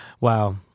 wow